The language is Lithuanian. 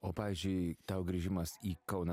o pavyzdžiui tau grįžimas į kauną